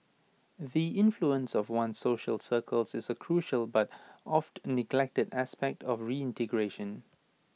the influence of one's social circles is A crucial but oft neglected aspect of reintegration